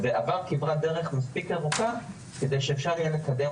ועבר כברת דרך מספיק ארוכה כדי שאפשר יהיה לקדם